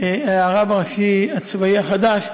הרב הראשי הצבאי החדש.